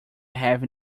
have